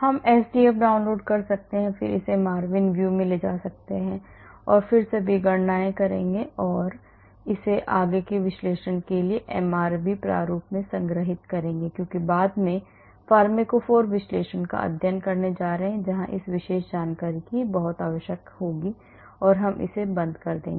हम sdf download कर सकते हैं और फिर इसे MARVIN view में ले जा सकते हैं और फिर सभी गणनाएँ करेंगे और इसे आगे के विश्लेषण के लिए MRV प्रारूप में संग्रहीत करेंगे क्योंकि बाद में हम फार्माकोफ़ोर विश्लेषण का अध्ययन करने जा रहे हैं जहाँ यह विशेष जानकारी बहुत आवश्यक होगी और हम इसे बंद कर देंगे